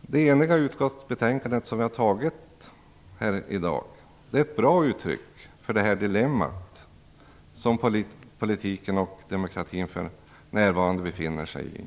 Det eniga utskottsbetänkande som vi behandlar här i dag är ett bra uttryck för det dilemma som politiken och demokratin för närvarande befinner sig i.